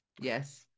Yes